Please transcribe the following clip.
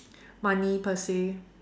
money per se